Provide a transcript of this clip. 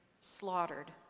slaughtered